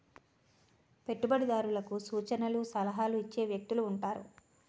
పెట్టుబడిదారులకు సూచనలు సలహాలు ఇచ్చే వ్యక్తులు ఉంటారు